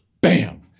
Bam